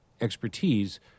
expertise